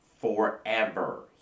forever